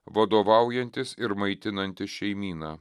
vadovaujantis ir maitinantis šeimyną